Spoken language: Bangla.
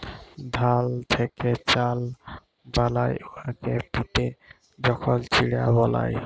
ধাল থ্যাকে চাল বালায় উয়াকে পিটে যখল চিড়া বালায়